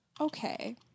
Okay